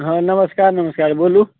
हँ नमस्कार नमस्कार बोलू